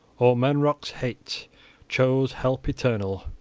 eormenric's hate chose help eternal.